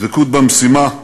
דבקות במשימה,